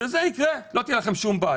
כשזה יקרה, לא תהיה לכם בעיה.